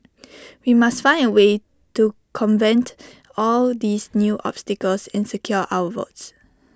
we must find A way to convent all these new obstacles and secure our votes